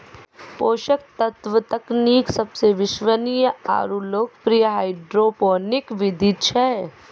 पोषक तत्व तकनीक सबसे विश्वसनीय आरु लोकप्रिय हाइड्रोपोनिक विधि छै